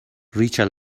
ریچل